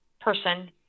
person